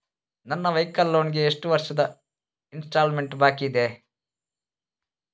ನನ್ನ vehicle loan ಗೆ ಎಷ್ಟು ವರ್ಷದ ಇನ್ಸ್ಟಾಲ್ಮೆಂಟ್ ಬಾಕಿ ಇದೆ?